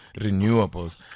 renewables